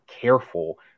careful